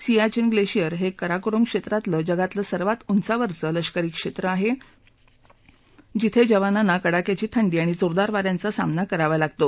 सियार्वत लशिअर हक्किराकोरम क्षमतातलं जगातलं सर्वात उंचावरचं लष्करी क्षा आह जिथ खिवानांना कडाक्याची थंडी आणि जोरदार वा यांचा सामना करावा लागतो